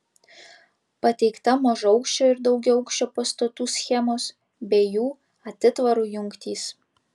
pateikta mažaaukščio ir daugiaaukščio pastatų schemos bei jų atitvarų jungtys